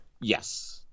Yes